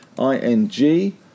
ING